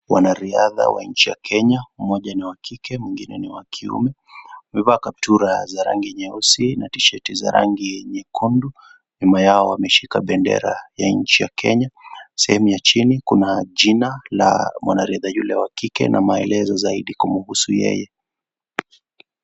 Wanariadha wa nchi ya Kenya, mmoja ni wa kike mwingine ni wa kiume. Wamevaa kaptula za rangi nyeusi na tisheti za rangi nyekundu. Nyuma yao wameshika bendera ya nchi ya Kenya. Sehemu ya chini kuna jina la mwanariadha yule wa kike na maelezo zaidi kumhusu yeye.